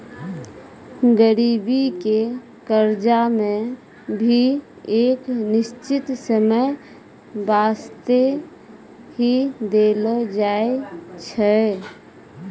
गरीबी के कर्जा मे भी एक निश्चित समय बासते ही देलो जाय छै